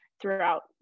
throughout